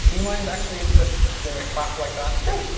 do you mind actually just doing a clap like that? sure.